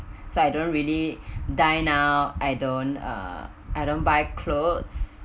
so I don't really dine now I don't uh I don't buy clothes